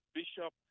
bishop